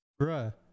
Bruh